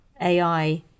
ai